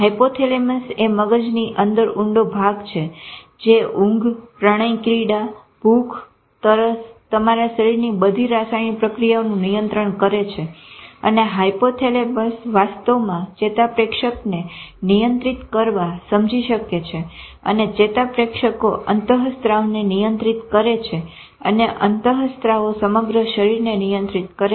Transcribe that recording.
hypothalamus જે મગજની અંદર ઊંડો ભાગ છે જે ઊંઘ પ્રણયક્રીડા ભૂખ તરસ તમારા શરીરની બધી રાસાયણિક પ્રક્રિયાઓનું નિયંત્રણ કરે છે અને હાયપોથેલેમસ વાસ્તવમાં ચેતાપ્રેષકને નિયંત્રી કરવા સમજી શકે છે અને ચેતાપ્રેષકો અંતહસ્ત્રાવને નિયંત્રિત કરે છે અને અંતહસ્ત્રાવો સમગ્ર શરીરને નિયંત્રી કરે છે